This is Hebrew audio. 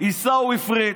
עיסאווי פריג'